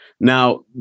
Now